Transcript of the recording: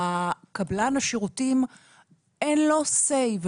קבלן השירותים אין לו say.